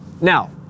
Now